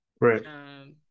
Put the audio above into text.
Right